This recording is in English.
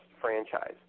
franchise